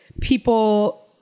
people